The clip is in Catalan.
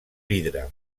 vidre